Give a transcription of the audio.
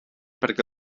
perquè